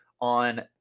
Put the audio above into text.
on